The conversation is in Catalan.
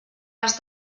has